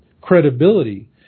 credibility